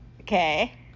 Okay